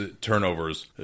turnovers